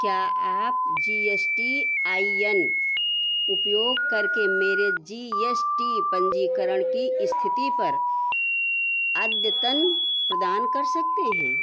क्या आप G S T I N उपयोग करके मेरे जी यस टी पंजीकरण की स्थिति पर अद्यतन प्रदान कर सकते हैं